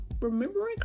remembering